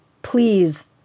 Please